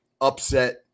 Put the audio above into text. upset